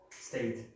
state